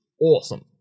awesome